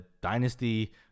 dynasty